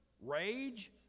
rage